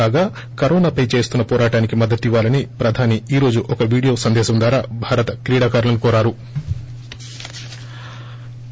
కాగా కరోనాపై చేస్తున్న పోరాటానికి మద్దతివ్వాలని ప్రధాని ఈ రోజు ఒక వీడియో సందేశం ద్వారా భారత క్రీడాకారులను కోరారు